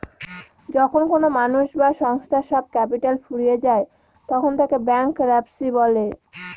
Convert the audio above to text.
যখন কোনো মানুষ বা সংস্থার সব ক্যাপিটাল ফুরিয়ে যায় তখন তাকে ব্যাংকরাপসি বলে